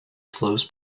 flows